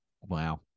Wow